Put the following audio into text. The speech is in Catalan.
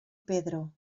pedro